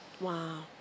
Wow